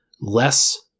less